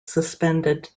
suspended